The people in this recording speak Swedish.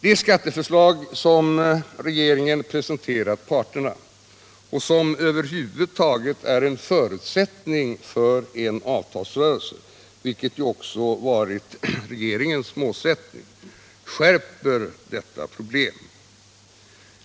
Det skatteförslag som regeringen presenterat parterna — som är en förutsättning för att en avtalsrörelse över huvud taget skall kunna äga rum, vilket ju varit regeringens målsättning — skärper det här problemet.